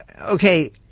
okay